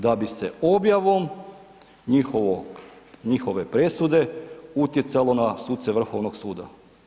Da bi se objavom njihove presude utjecalo na suce Vrhovnog suda.